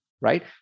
right